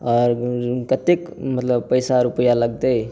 आओर कतेक मतलब पैसा रुपैआ लगतै